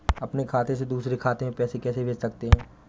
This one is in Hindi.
अपने खाते से दूसरे खाते में पैसे कैसे भेज सकते हैं?